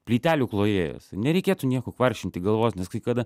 plytelių klojėjas nereikėtų nieko kvaršinti galvos nes kai kada